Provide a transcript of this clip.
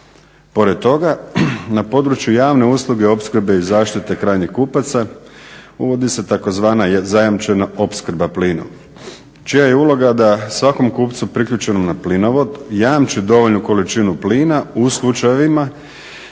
Pored toga na području javne usluge opskrbe i zaštite krajnjih kupaca uvodi se tzv. zajamčena opskrba plinom čija je uloga da svakom kupcu priključenom na plinovod jamče dovoljnu količinu plina u slučajevima